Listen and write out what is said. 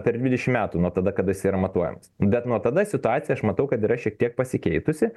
per dvidešim metų nuo tada kada jis yra matuojamas bet nuo tada situacija aš matau kad yra šiek tiek pasikeitusi